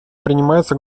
принимаются